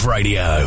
Radio